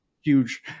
huge